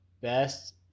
best